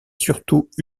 surtout